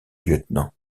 lieutenants